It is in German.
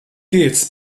gehts